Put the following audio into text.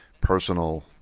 personal